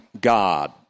God